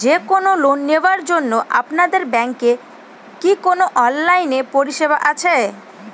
যে কোন লোন নেওয়ার জন্য আপনাদের ব্যাঙ্কের কি কোন অনলাইনে পরিষেবা আছে?